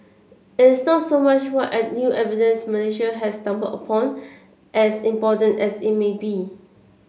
it is not so much what add new evidence Malaysia has stumbled upon as important as it may be